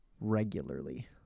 regularly